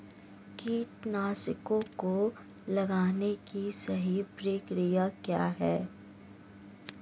कीटनाशकों को लगाने की सही प्रक्रिया क्या है?